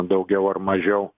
daugiau ar mažiau